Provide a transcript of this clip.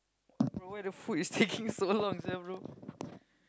bro why the food is taking so long sia bro